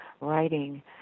writing